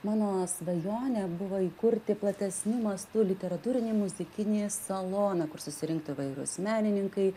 mano svajonė buvo įkurti platesniu mastu literatūrinį muzikinį saloną kur susirinktų įvairūs menininkai